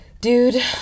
Dude